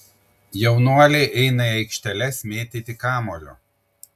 jaunuoliai eina į aikšteles mėtyti kamuolio